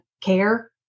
care